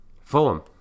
Fulham